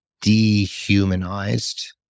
dehumanized